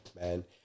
man